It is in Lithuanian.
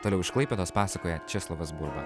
toliau iš klaipėdos pasakoja česlovas burba